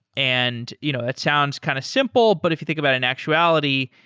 and you know it sounds kind of simple, but if you think about in actuality,